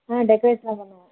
ஆ decorate எல்லாம் பண்ணுவோம்